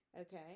Okay